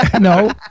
No